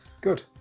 Good